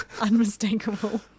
unmistakable